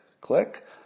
click